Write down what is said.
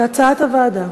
כהצעת הוועדה.